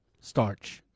starch